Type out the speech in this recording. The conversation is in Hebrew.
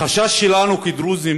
החשש שלנו כדרוזים